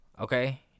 okay